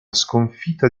sconfitta